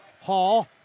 Hall